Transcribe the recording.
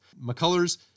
McCullers